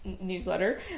newsletter